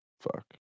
Fuck